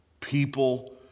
people